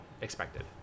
expected